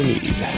Need